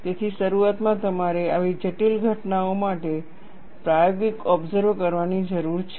તેથી શરૂઆતમાં તમારે આવી જટિલ ઘટનાઓ માટે પ્રાયોગિક ઓબસર્વ કરવાની જરૂર છે